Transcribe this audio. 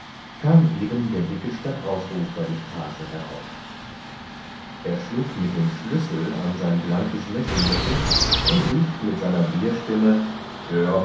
kam eben der dicke stadtausrufer die straße herauf er schlug mit dem schlüssel an sein blankes messingbecken und rief mit seiner bierstimme